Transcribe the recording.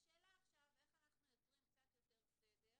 והשאלה עכשיו איך אנחנו יוצרים קצת יותר סדר